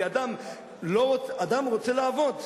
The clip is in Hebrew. כי אדם רוצה לעבוד,